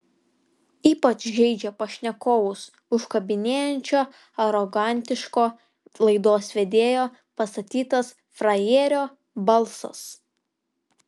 ypač žeidžia pašnekovus užkabinėjančio arogantiško laidos vedėjo pastatytas frajerio balsas